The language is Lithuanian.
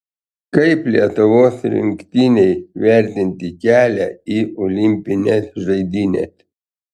kaip lietuvos rinktinei vertinti kelią į olimpines žaidynes